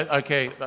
and okay,